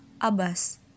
Abbas